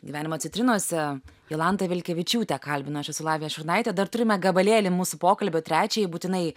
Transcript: gyvenimo citrinose jolantą vilkevičiūtę kalbinu aš esu lavija šurnaitė dar turime gabalėlį mūsų pokalbio trečiąjį būtinai